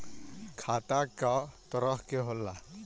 खाता क तरह के होला?